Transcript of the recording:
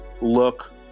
look